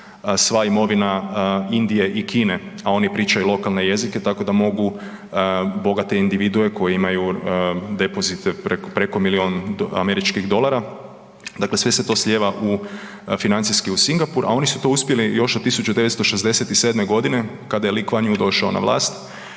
sva imovina Indije i Kine, a oni pričaju lokalne jezike tako da mogu bogate individue koje imaju depozit preko milijun američkih dolara, dakle sve se to slijeva financijski u Singapur, a oni su to uspjeli još od 1967. godine kada je … došao na vlast,